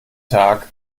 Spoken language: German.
tag